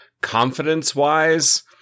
confidence-wise